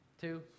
Two